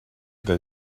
they